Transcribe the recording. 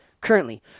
currently